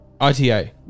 ITA